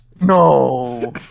No